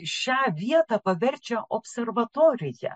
šią vietą paverčia observatorija